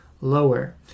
lower